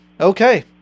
Okay